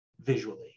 visually